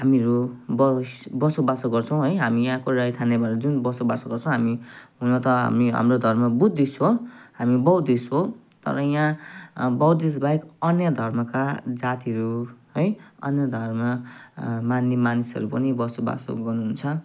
हामीहरू बस बसोबासो गर्छौँ है हामी यहाँको रैथाने भन्छौँ बसोबास गर्छौँ हामी हुन त हामी हाम्रो धर्म बुद्धिस्ट हो हामी बुद्धिस्ट हो तर यहाँ बुद्धिस्ट बाहेक अन्य धर्मका जातिहरू है अन्य धर्म मान्ने मानिसहरू पनि बसोबासो गर्नुहुन्छ